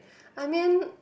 I mean